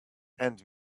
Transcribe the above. and